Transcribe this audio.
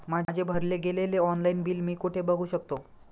माझे भरले गेलेले ऑनलाईन बिल मी कुठे बघू शकतो?